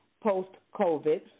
post-COVID